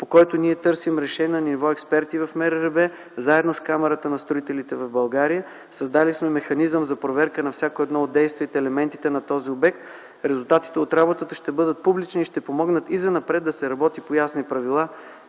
по който ние търсим решение на ниво експерти в МРРБ заедно с Камарата на строителите в България. Създали сме механизъм за проверка на всяко едно от действията и елементите на този обект. Резултатите от работата ще бъдат публични и ще помогнат и занапред да се работи по ясни правила,